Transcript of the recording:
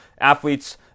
athletes